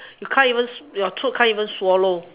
you can't even you your throat can't even swallow